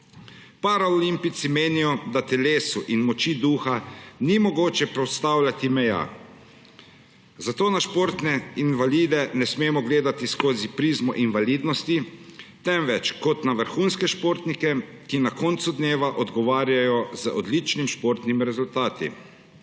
Paraolimpijci menijo, da telesu in moči duha ni mogoče postavljati meja. Zato na športne invalide ne smemo gledati skozi prizmo invalidnosti, temveč kot na vrhunske športnike, ki na koncu dneva odgovarjajo z odličnimi športnimi rezultati.